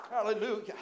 Hallelujah